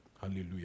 Hallelujah